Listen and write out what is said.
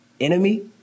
enemy